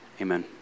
Amen